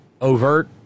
overt